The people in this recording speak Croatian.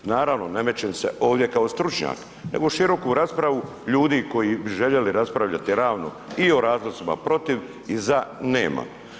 Naravno, ne mećem se ovdje kao stručnjak nego široku raspravu ljudi koji bi željeli raspravljati realno i o razlozima protiv i za nema.